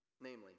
namely